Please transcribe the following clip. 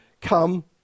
come